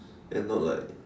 and not like